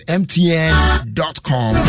mtn.com